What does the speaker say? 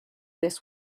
this